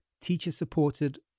teacher-supported